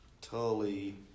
Tully